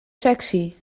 sexy